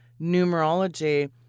numerology